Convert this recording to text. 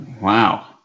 Wow